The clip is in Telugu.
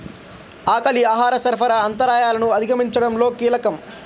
ఆకలి ఆహార సరఫరా అంతరాయాలను అధిగమించడంలో కీలకం